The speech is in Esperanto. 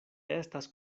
estas